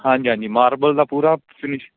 ਹਾਂਜੀ ਹਾਂਜੀ ਮਾਰਬਲ ਦਾ ਪੂਰਾ ਫਿਨਿਸ਼